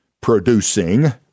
producing